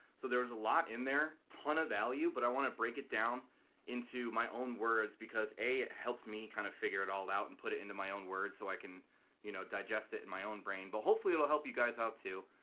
so there was a lot in there, ton of value but i want to break it down into my own words because a it helps me kind of figure it all out and put it into my own words so i can you know, digest it in and my own brain. but hopefully it'll help you guys out too!